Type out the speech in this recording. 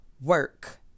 work